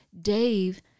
Dave